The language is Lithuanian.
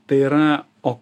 tai yra o